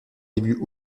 débuts